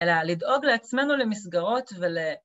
אלא לדאוג לעצמנו למסגרות ול...